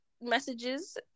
messages